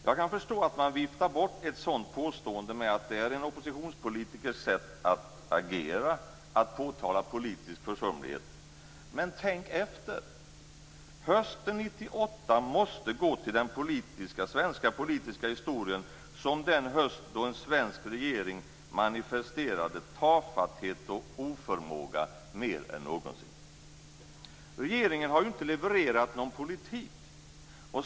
Jag kan förstå att man viftar bort ett sådant påstående med att det är en oppositionspolitikers sätt att agera, dvs. att påtala politisk försumlighet. Men tänk efter. Hösten 1998 måste gå till den svenska politiska historien som den höst då en svensk regering manifesterade tafatthet och oförmåga mer än någonsin. Regeringen har ju inte levererat någon politik!